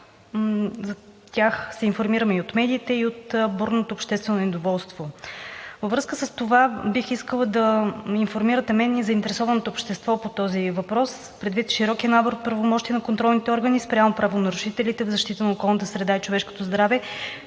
за тях се информираме и от медиите, и от бурното обществено недоволство. Във връзка с това бих искала да информирате мен и заинтересованото общество по този въпрос. Предвид широкия набор от правомощия на контролните органи спрямо правонарушителите в защита на околната среда и човешкото здраве,